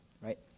right